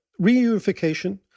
reunification